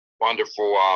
wonderful